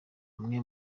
amwe